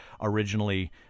originally